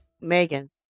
Megan